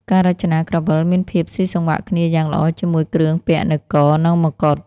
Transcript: ការរចនាក្រវិលមានភាពស៊ីសង្វាក់គ្នាយ៉ាងល្អជាមួយគ្រឿងពាក់នៅក និងមកុដ។